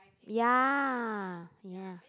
ya ya